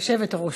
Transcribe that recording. יושבת-ראש.